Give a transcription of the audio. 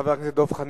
חבר הכנסת דב חנין,